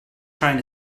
trying